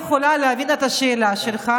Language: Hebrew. להבין את השאלה שלך.